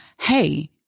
Hey